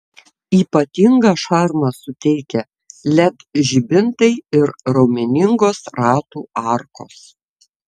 ypatingą šarmą suteikia led žibintai ir raumeningos ratų arkos